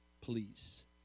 please